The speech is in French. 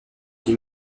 les